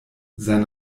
sein